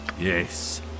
Yes